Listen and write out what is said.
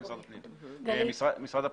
11?